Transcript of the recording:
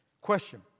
Question